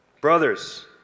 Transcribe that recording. Brothers